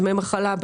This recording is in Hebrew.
דמי מחלה,